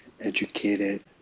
educated